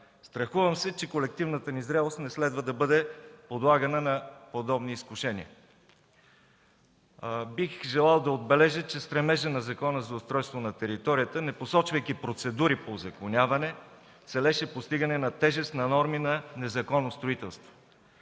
Страхувам се, че колективната ни зрялост не следва да бъде подлагана на подобни изкушения. Бих желал да отбележа, че стремежът на Закона за устройство на територията, не посочвайки процедури по узаконяване, целеше постигане на тежест на норми на незаконно строителство.